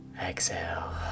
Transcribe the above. Exhale